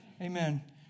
Amen